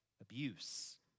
abuse